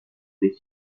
des